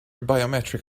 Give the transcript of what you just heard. biometric